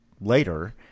later